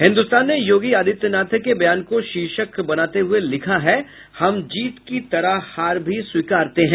हिन्दुस्तान ने योगी आदित्यनाथ के बयान को शीर्षक बनाते हुए लिखा है हम जीत की तरह हार भी स्वीकारते हैं